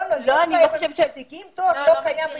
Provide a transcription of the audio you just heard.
לא כשמדובר בתואר שלא קיים בישראל.